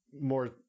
more